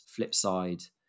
Flipside